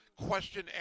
question